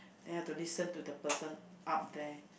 then I have to listen to the person up there